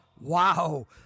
Wow